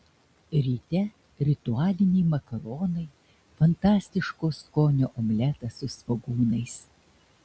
ryte ritualiniai makaronai fantastiško skonio omletas su svogūnais